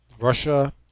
Russia